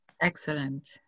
Excellent